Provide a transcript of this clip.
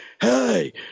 hey